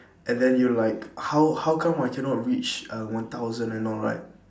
and then you like how how come I cannot reach uh one thousand and all right